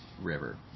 river